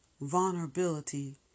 vulnerability